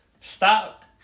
stop